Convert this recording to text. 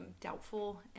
doubtful